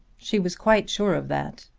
she was quite sure of that.